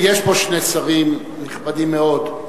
יש פה שני שרים נכבדים מאוד.